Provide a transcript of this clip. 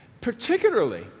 particularly